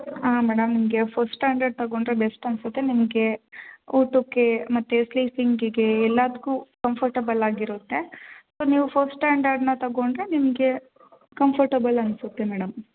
ಆಂ madam ನಿಮಗೆ first standard ತೊಗೊಂಡ್ರೆ best ಅನ್ನಿಸುತ್ತೆ ನಿಮಗೆ ಊಟಕ್ಕೆ ಮತ್ತು ಸ್ಲೀಪಿಂಗಿಗೆ ಎಲ್ಲದಕ್ಕು ಕಂಫರ್ಟೇಬಲ್ ಆಗಿರುತ್ತೆ ನೀವು ಫೊಸ್ಟ್ ಸ್ಟ್ಯಾಂಡರ್ಡ್ನ ತೊಗೊಂಡ್ರೆ ನಿಮಗೆ ಕಂಫರ್ಟೇಬಲ್ ಅನ್ನಿಸುತ್ತೆ ಮೇಡಮ್